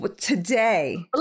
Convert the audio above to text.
today